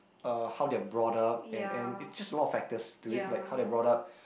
uh how they are brought up and and it's just a lot of factors to it like how they are brought up